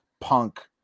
punk